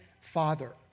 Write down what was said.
father